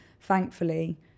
thankfully